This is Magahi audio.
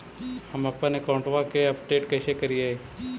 हमपन अकाउंट वा के अपडेट कैसै करिअई?